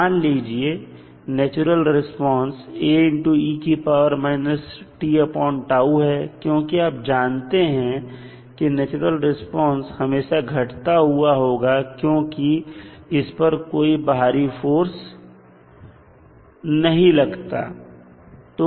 मान लीजिए natural response A है क्योंकि आप जानते हैं कि नेचुरल रिस्पांस हमेशा घटता हुआ दिखेगा क्योंकि इस पर कोई बाहरी फोर्स नहीं लगता है